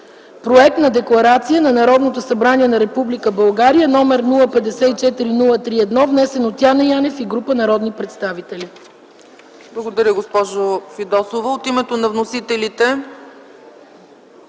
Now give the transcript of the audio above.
Проект за Декларация на Народното събрание на Република България № 054-03-1, внесен от Яне Янев и група народни представители.